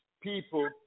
people